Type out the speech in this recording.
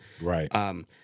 Right